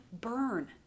burn